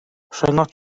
rhyngot